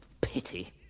Pity